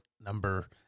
number